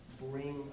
bring